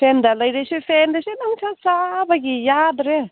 ꯐꯦꯟꯗ ꯂꯩꯔꯁꯨ ꯐꯦꯟꯗꯁꯨ ꯑꯗꯨꯝ ꯁꯨꯝ ꯁꯥꯕꯒꯤ ꯌꯥꯗ꯭ꯔꯦ